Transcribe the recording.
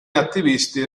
attivisti